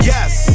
Yes